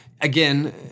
again